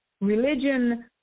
religion